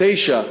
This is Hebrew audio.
ב-1999,